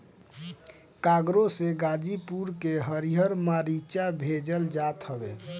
cargo से गाजीपुर के हरिहर मारीचा भेजल जात हवे